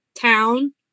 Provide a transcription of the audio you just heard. town